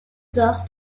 tard